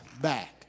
back